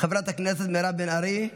חברת הכנסת מירב בן ארי,